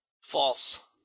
False